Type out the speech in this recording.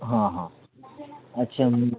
हां हां अच्छा मी